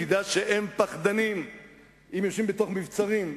שידעו שהם פחדנים אם הם יושבים בתוך מבצרים,